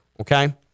okay